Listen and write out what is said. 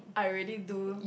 I really do